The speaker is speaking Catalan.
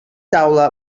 taula